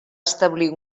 establir